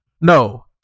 No